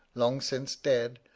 long since dead,